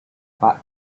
pak